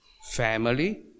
family